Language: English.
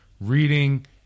Reading